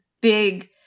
big